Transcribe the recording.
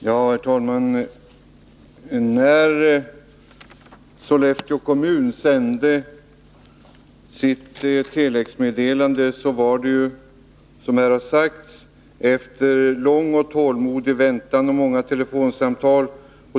Herr talman! När Sollefteå kommun sände sitt telexmeddelande var det ju, som här har sagts, efter lång och tålmodig väntan och många telefonsamtal.